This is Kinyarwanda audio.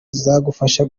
zagufasha